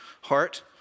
heart